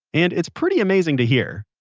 and it's pretty amazing to hear